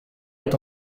est